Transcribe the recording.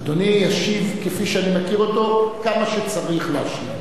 אדוני ישיב, כפי שאני מכיר אותו, כמה שצריך להשיב.